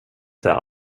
jag